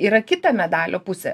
yra kita medalio pusė